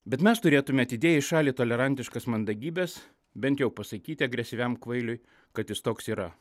bet mes turėtume atidėję į šalį tolerantiškas mandagybes bent jau pasakyti agresyviam kvailiui kad jis toks yra